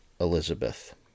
Elizabeth